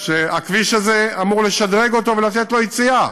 שהכביש הזה אמור לשדרג אותו ולתת לו יציאה.